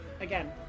again